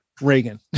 Reagan